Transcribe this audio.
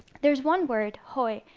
there is one word, hoi,